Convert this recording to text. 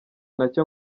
nacyo